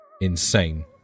insane